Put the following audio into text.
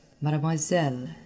mademoiselle